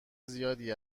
زیادی